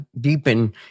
deepen